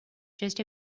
just